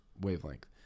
wavelength